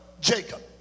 Jacob